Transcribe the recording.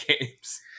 games